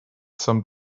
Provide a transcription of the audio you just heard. some